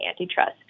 antitrust